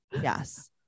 Yes